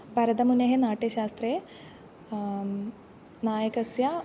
भरतमुनेः नाट्यशास्त्रे नायकस्य